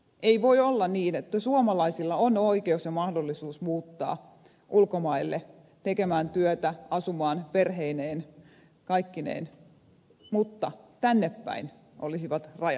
ei voi olla niin että suomalaisilla on oikeus ja mahdollisuus muuttaa ulkomaille tekemään työtä asumaan perheineen kaikkineen mutta tänne päin olisi rajat suljettu